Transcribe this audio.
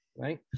right